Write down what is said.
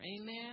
amen